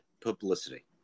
publicity